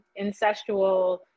incestual